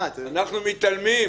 התלונה,